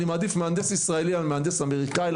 אני מעדיף מהנדס ישראלי על פני מהנדס אמריקאי,